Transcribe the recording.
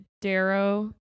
Darrow